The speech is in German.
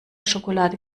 schokolade